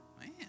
man